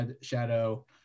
shadow